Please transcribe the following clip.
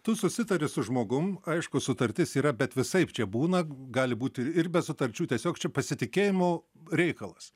tu susitari su žmogum aišku sutartis yra bet visaip čia būna gali būti ir be sutarčių tiesiog čia pasitikėjimo reikalas